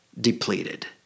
depleted